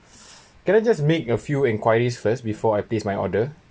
can I just make a few enquiries first before I place my order